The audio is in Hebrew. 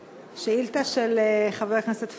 שאילתה של חבר הכנסת פייגלין,